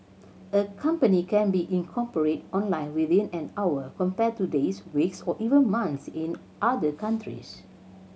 a company can be incorporated online within an hour compared to days weeks or even months in other countries